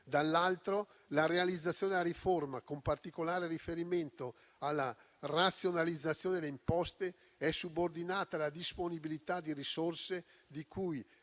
dall'altro, la realizzazione della riforma, con particolare riferimento alla razionalizzazione delle imposte, è subordinata alla disponibilità di risorse di cui,